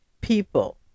people